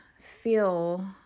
feel